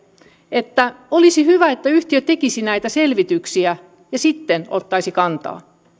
että olisi hyvä että yhtiö tekisi näitä selvityksiä ja sitten ottaisi kantaa